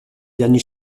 derniers